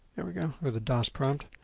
there we go or the dos prompt.